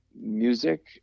music